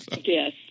Yes